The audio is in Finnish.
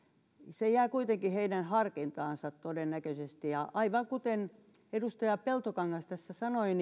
se jää kuitenkin heidän harkintaansa todennäköisesti ja aivan kuten edustaja peltokangas tässä sanoi